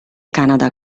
canada